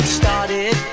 started